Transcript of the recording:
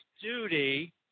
duty